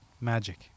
Magic